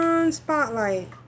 Spotlight